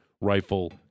rifle